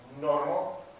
normal